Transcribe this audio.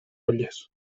olles